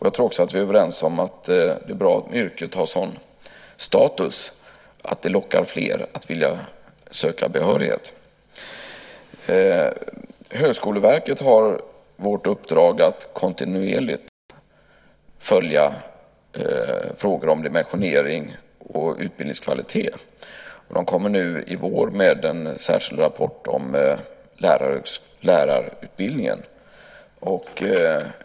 Jag tror också att vi är överens om att det är bra om yrket har sådan status att det lockar fler att söka behörighet. Högskoleverket har vårt uppdrag att kontinuerligt följa frågor om dimensionering och utbildningskvalitet. De kommer nu i vår med en särskild rapport om lärarutbildningen.